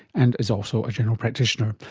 and is also a general practitioner.